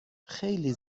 خیلی